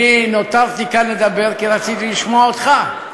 אני נותרתי כאן לדבר כי רציתי לשמוע אותך,